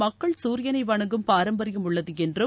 மக்கள் தரியனை வணங்கும் பாரம்பரியம் உள்ளது என்றும்